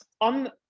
on